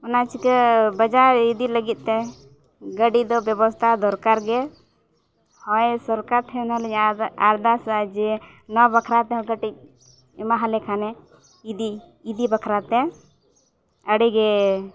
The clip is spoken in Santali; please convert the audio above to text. ᱚᱱᱟ ᱪᱤᱠᱟᱹ ᱵᱟᱡᱟᱨ ᱤᱫᱤ ᱞᱟᱹᱜᱤᱫ ᱛᱮ ᱜᱟᱹᱰᱤ ᱫᱚ ᱵᱮᱵᱚᱥᱛᱷᱟ ᱫᱚᱨᱠᱟᱨ ᱜᱮ ᱦᱳᱭ ᱥᱚᱨᱠᱟᱨ ᱴᱷᱮᱱ ᱦᱚᱸᱞᱤᱧ ᱟᱨᱫᱟᱥ ᱮᱫᱟ ᱡᱮ ᱱᱚᱣᱟ ᱵᱟᱠᱷᱨᱟ ᱛᱮᱦᱚᱸ ᱠᱟᱹᱴᱤᱡ ᱮᱢᱟᱣᱟᱞᱮ ᱠᱷᱟᱱᱮ ᱤᱫᱤ ᱤᱫᱤ ᱵᱟᱠᱷᱨᱟ ᱛᱮ ᱟᱹᱰᱤᱜᱮ